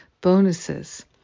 bonuses